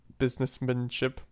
businessmanship